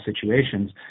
situations